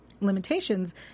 limitations